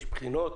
יש בחינות.